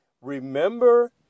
Remember